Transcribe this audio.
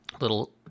little